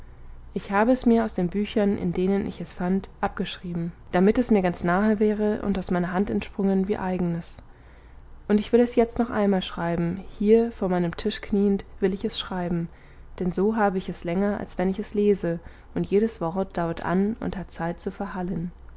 ich habe es mir aus den büchern in denen ich es fand abgeschrieben damit es mir ganz nahe wäre und aus meiner hand entsprungen wie eigenes und ich will es jetzt noch einmal schreiben hier vor meinem tisch kniend will ich es schreiben denn so habe ich es länger als wenn ich es lese und jedes wort dauert an und hat zeit zu verhallen